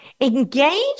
engage